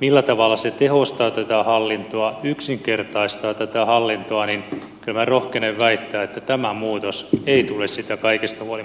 millä tavalla se tehostaa tätä hallintoa yksinkertaistaa tätä hallintoa niin kyllä minä rohkenen väittää että tämä muutos ei tule sitä kaikesta huolimatta yksinkertaistamaan